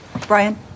Brian